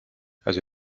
has